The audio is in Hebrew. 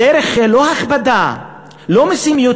הדרך היא לא הכבדה, לא יותר מסים.